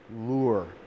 lure